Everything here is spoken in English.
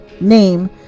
name